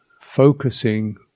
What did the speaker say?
focusing